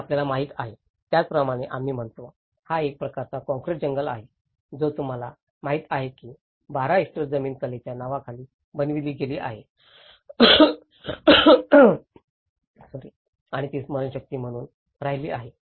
हे आपल्याला माहित आहे त्याप्रमाणे आम्ही म्हणतो हा एक प्रकारचा काँक्रीट जंगल आहे जो तुम्हाला माहिती आहे की 12 हेक्टर जमीन कलेच्या नावाखाली बनविली गेली आहे आणि ती स्मरणशक्ती म्हणून राहिली आहे